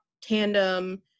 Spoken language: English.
tandem